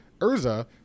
Urza